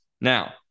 Now